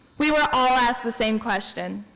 we were all asked the same question,